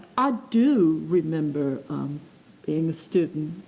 i do remember being a student